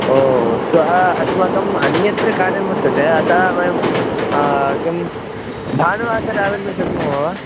ओ श्वः अस्माकम् अन्यत्र कार्यं वर्तते अतः वयं किं भानुवासरे आगन्तुं शक्नुमः वा